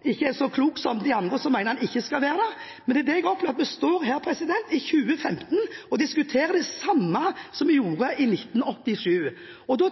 ikke er så klok som de andre, som mener de ikke skal tas på alvor. Men jeg opplever at vi står her i 2015 og diskuterer det samme som vi gjorde i 1987, og